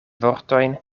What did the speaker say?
vortojn